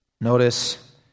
Notice